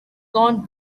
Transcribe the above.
gone